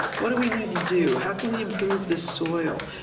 what do we need to do? how can we improve this soil?